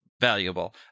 valuable